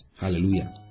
Hallelujah